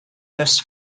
this